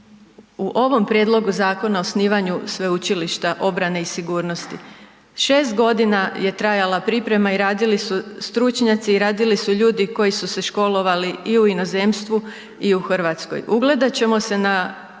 u ovom Prijedlogu Zakona o osnivanju sveučilišta obrane i sigurnost, 6 godina je trajala priprema i radili su stručnjaci i radili su ljudi koji su se školovali i u inozemstvu i u Hrvatskoj. Ugledat ćemo se na